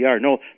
No